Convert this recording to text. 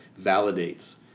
validates